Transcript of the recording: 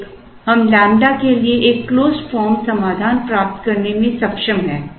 एक हम ƛ के लिए एक closed form समाधान प्राप्त करने में सक्षम हैं